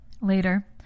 Later